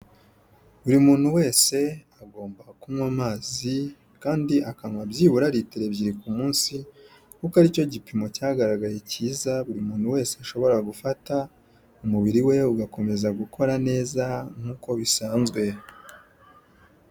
Buri muntu wese agomba kunywa amazi kandi akanywa byibura litiro ebyiri ku munsi, kuko aricyo gipimo cyagaragaye cyiza buri muntu wese ashobora gufata umubiri we ugakomeza gukora neza nkuko bisanzwe.